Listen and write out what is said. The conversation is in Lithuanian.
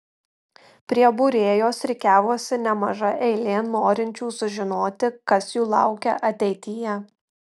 prie būrėjos rikiavosi nemaža eilė norinčių sužinoti kas jų laukia ateityje